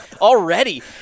Already